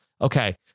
Okay